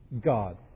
God